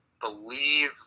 believe –